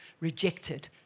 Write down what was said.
rejected